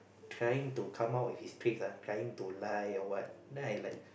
trying to come up with his tricks ah trying to lie or what then I like